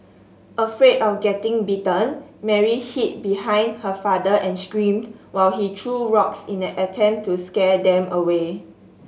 afraid of getting bitten Mary hid behind her father and screamed while he threw rocks in an attempt to scare them away